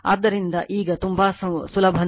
ಆದ್ದರಿಂದ ಈಗ ತುಂಬಾ ಸುಲಭ ನೋಡಿ